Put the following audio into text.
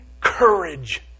courage